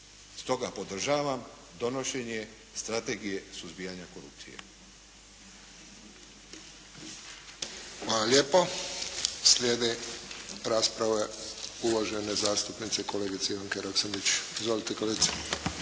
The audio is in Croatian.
Stoga podržavam donošenje strategije suzbijanja korupcije.